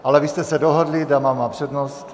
Ale vy jste se dohodli, dáma má přednost.